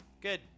Good